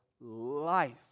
life